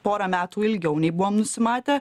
pora metų ilgiau nei buvom nusimatę